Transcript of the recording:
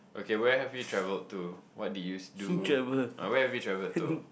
okay where have you traveled to what did you do where have you traveled to